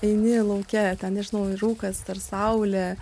eini lauke ten nežinau rūkas dar saulė